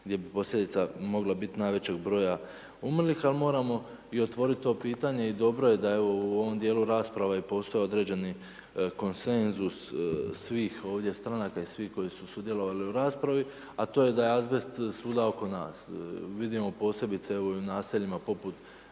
gdje bi posljedica mogla biti najvećeg broja umrlih. Ali moramo i otvoriti to pitanje i dobro je da u ovom dijelu rasprave postoje određeni konsenzus svih ovdje stranaka i svih koji su sudjelovali u raspravi, a to je da je azbest svuda oko nas. Vidimo posebice i u naseljima poput